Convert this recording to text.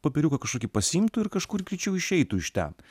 popieriuką kažkokį pasiimtų ir kažkur greičiau išeitų iš ten